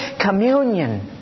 communion